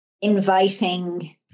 inviting